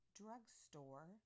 drugstore